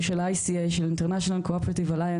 הוא של ה-ICA- international cooperative alliance,